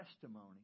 testimony